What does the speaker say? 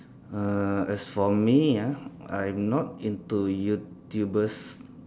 uh as for me ah I'm not into YouTubers